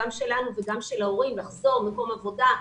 גם שלנו וגם של ההורים לחזור למקום עבודה,